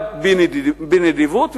בנדיבות,